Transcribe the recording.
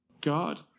God